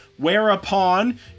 Whereupon